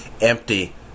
empty